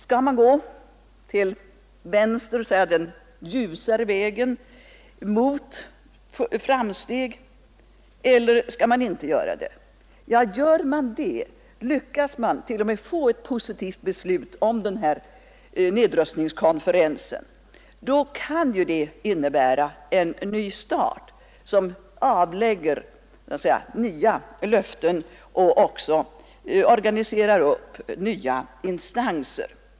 Skall man gå den ljusare vägen mot framsteg, eller skall man inte göra det? Gör man det — och lyckas man t.o.m. få ett positivt beslut om den här nedrustningskonferensen — då kan det ju innebära en ny start som avlägger nya löften och organiserar upp nya instanser.